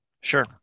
Sure